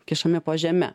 kišami po žeme